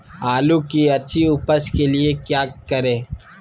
आलू की अच्छी उपज के लिए क्या करें?